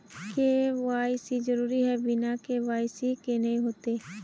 KYC जरुरी है बिना के.वाई.सी के नहीं होते?